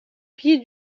pied